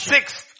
Sixth